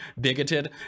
bigoted